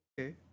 Okay